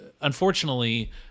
unfortunately